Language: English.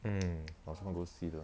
hmm I also want go see though